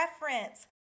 preference